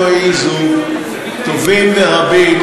העזו טובים ורבים,